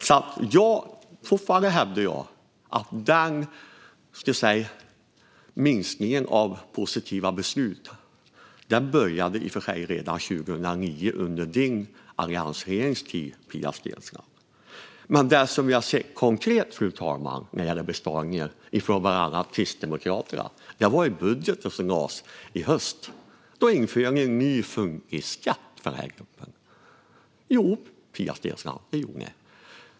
Jag hävdar fortfarande att minskningen av positiva beslut började redan 2009 under din och alliansregeringens tid, Pia Steensland. Det som jag ser konkret, fru talman, när det gäller besparingar från bland andra Kristdemokraterna är den budget som lades fram i höstas och den nya funkisskatt som ni, Pia Steensland, införde för den här gruppen.